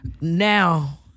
Now